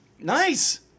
Nice